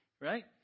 right